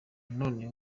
none